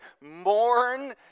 mourn